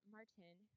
Martin